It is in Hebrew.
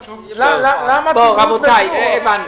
טוב, רבותיי, הבנתי.